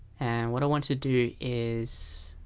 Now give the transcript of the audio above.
and what i want to do is